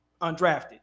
undrafted